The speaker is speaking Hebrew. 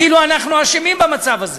כאילו אנחנו אשמים במצב הזה,